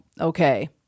okay